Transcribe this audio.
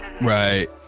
Right